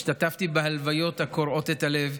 השתתפתי בהלוויות הקורעות את הלב.